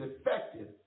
effective